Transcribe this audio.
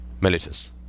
Melitus